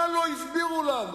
מה לא הסבירו לנו